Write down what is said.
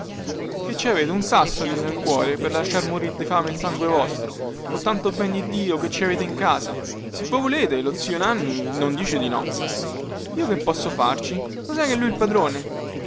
che ci avete un sasso lì nel cuore per lasciar morire di fame il sangue vostro con tanto ben di dio che ci avete in casa se voi volete lo zio nanni non dice di no io che posso farci lo sai che è lui il padrone